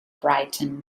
brighton